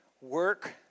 work